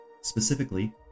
Specifically